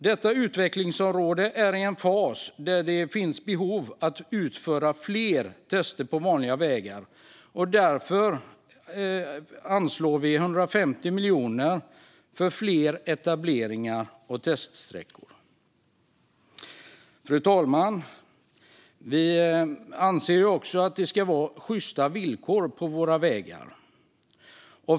Detta utvecklingsområde är i en fas där det finns behov av att utföra fler tester på vanliga vägar, och därför anslår vi 150 miljoner för fler etableringar och teststräckor. Fru talman! Vi anser också att det ska råda sjysta villkor på våra vägar.